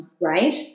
right